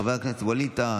חבר הכנסת ווליד טאהא,